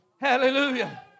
Hallelujah